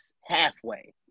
halfway